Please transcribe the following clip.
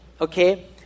Okay